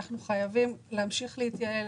אנחנו חייבים להמשיך ולהתייעל,